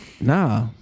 nah